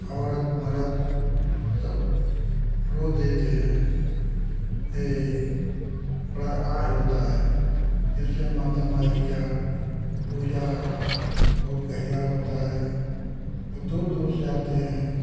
औरत मर्द सब रो देते हैं ये बड़ा आह होता है इससे माता माई का पूजा बहुत गहरा होता है दूर दूर से आते हैं